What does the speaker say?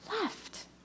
left